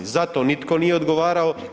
Za to nitko nije odgovarao.